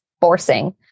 forcing